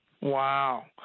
Wow